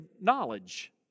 knowledge